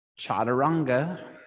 Chaturanga